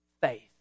faith